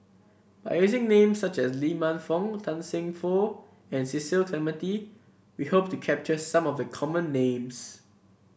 by using names such as Lee Man Fong Tan Seng Poh and Cecil Clementi we hope to capture some of the common names